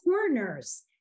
corners